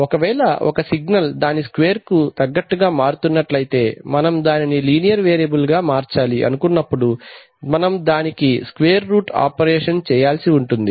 ఒకవేళ ఒక సిగ్నల్ దాని స్క్వేర్ కు తగ్గట్టుగా మారుతున్నట్లయితే మనం దానిని లీనియర్ వేరియబుల్ గా మార్చాలి అనుకున్నప్పుడు మనం దానికి స్క్వేర్ రూట్ ఆపరేషన్ చేయాల్సి ఉంటుంది